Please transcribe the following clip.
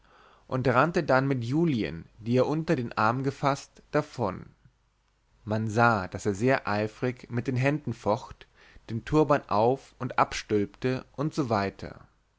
und rannte dann mit julien die er unter den arm gefaßt davon man sah daß er sehr eifrig mit den händen focht den turban auf und abstülpte usw